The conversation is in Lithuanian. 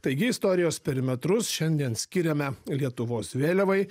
taigi istorijos perimetrus šiandien skiriame lietuvos vėliavai